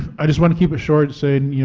i just want to keep it short so and yeah